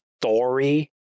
story